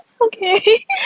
Okay